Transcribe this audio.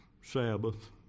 Sabbath